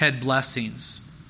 blessings